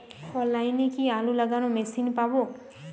অনলাইনে কি আলু লাগানো মেশিন পাব?